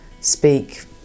speak